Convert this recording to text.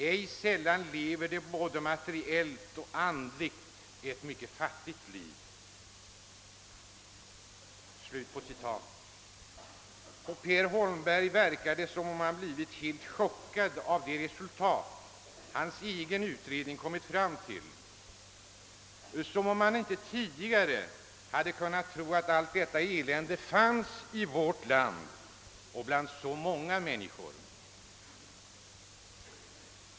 Ej sällan lever de både materiellt och andligt ett fattigt liv.» På Per Holmberg verkar det som om han blivit helt chockad av de resultat som hans egen utredning kommit fram till och som om han inte tidigare kunnat tro att allt detta elände fanns i vårt land och bland så många människor.